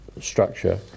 structure